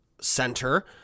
center